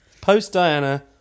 Post-Diana